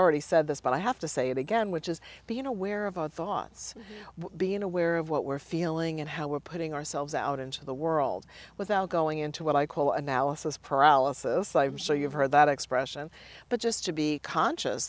already said this but i have to say it again which is being aware of our thoughts being aware of what we're feeling and how we're putting ourselves out into the world without going into what i call analysis paralysis i'm sure you've heard that expression but just to be conscious